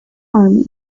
army